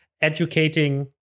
educating